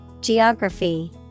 Geography